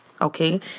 okay